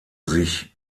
sich